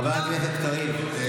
חבר הכנסת קריב.